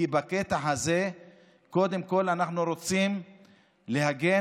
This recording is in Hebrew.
כי בקטע הזה אנחנו קודם כול רוצים להגן